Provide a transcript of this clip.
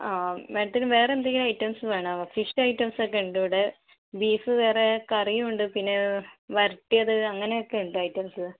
ആ മേഡത്തിനു വേറെന്തെങ്കിലും ഐറ്റംസ് വേണോ ഫിഷ് ഐറ്റംസ് ഒക്കെ ഉണ്ട് ഇവിടെ ബീഫ് വേറെ കറിയുണ്ട് പിന്നെ വരട്ടിയത് അങ്ങനെയൊക്കെ ഉണ്ട് ഐറ്റംസ്